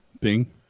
Bing